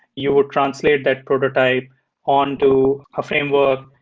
you would translate that prototype on to a framework.